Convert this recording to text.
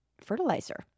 fertilizer